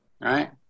right